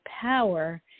power